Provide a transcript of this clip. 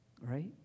right